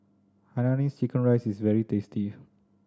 hainanese chicken rice is very tasty